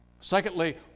Secondly